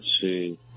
see